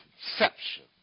conception